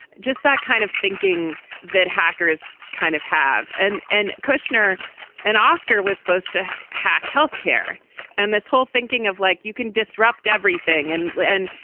just that kind of thinking that hackers kind of have an end. kushner and oscar was supposed to hack health care and this whole thinking of like, you can disrupt everything and then.